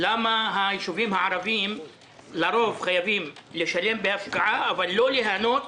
למה הישובים הערביים לרוב חייבים לשלם בהפקעה אבל לא ליהנות